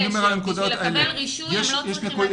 כדי לקבל אישור הם לא צריכים שימוש חורג.